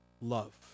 love